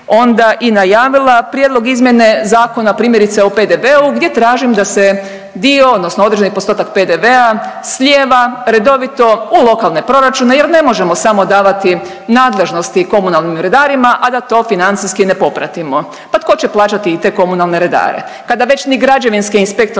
onda i najavila prijedlog izmjene zakona primjerice o PDV-u gdje tražim da se dio odnosno određeni postotak PDV-a slijeva redovito u lokalne proračune jer ne možemo samo davati nadležnosti komunalnim redarima, a da to financijski ne popratimo, pa tko će plaćati i te komunalne redare kada već ni građevinske inspektore